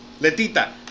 Letita